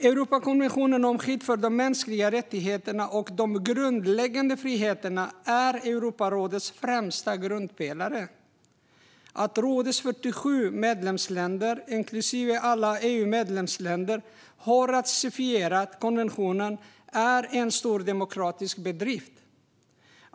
Europakonventionen om skydd för de mänskliga rättigheterna och de grundläggande friheterna är Europarådets främsta grundpelare. Att rådets 47 medlemsländer, inklusive alla EU-medlemsländer, har ratificerat konventionen är en stor demokratisk bedrift.